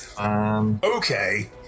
Okay